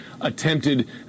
attempted